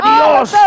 Dios